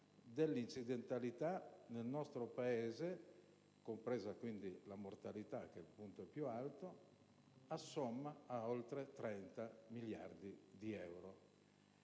dell'incidentalità nel nostro Paese, compresa quindi la mortalità che è il punto più alto, assommi ad oltre 30 miliardi di euro.